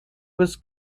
was